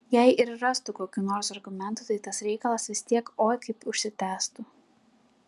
jei ir rastų kokių nors argumentų tai tas reikalas vis tiek oi kaip užsitęstų